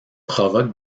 provoque